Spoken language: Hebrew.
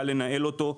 קל לנהל אותו,